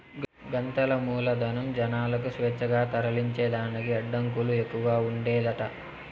గతంల మూలధనం, జనాలకు స్వేచ్ఛగా తరలించేదానికి అడ్డంకులు ఎక్కవగా ఉండేదట